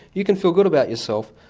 you can feel good about yourself,